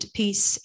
peace